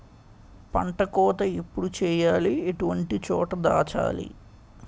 పంట కోత ఎప్పుడు చేయాలి? ఎటువంటి చోట దాచాలి?